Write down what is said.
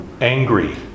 angry